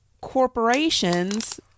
corporations